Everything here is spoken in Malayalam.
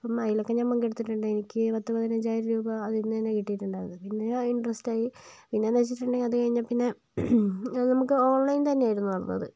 അപ്പോൾ അതിലൊക്കെ ഞാന് പങ്കെടുത്തിട്ടുണ്ട് എനിക്ക് പത്ത് പതിനഞ്ചായിരം രൂപ അതിൽ നിന്ന് കിട്ടിയിട്ടുണ്ടായിരുന്നു പിന്നെ ഇൻറസ്റ്റ് ആയി പിന്നെ എന്ന് വെച്ചിട്ടുണ്ടേൽ അത് കഴിഞ്ഞ് പിന്നെ നമുക്ക് ഓൺലൈൻ തന്നെയായിരുന്നു വന്നത്